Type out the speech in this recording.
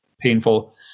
painful